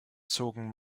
zogen